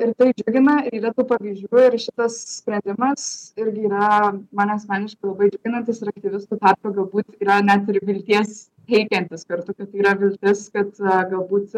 ir tai džiugina yra pavyzdžių ir šitas sprendimas irgi yra man asmeniškai labai džiuginantis ir aktyvistų tarpe galbūt yra net ir vilties teikiantis kartu kad yra viltis kad galbūt